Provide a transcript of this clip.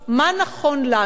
מה נכון לנו.